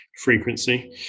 frequency